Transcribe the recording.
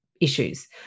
issues